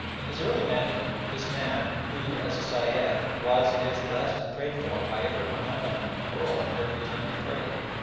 in his early manhood this man, who as a sayed, was and is blessed and prayed for by every mahomedan in the world at every time of praying,